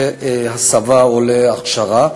להסבה או להכשרה.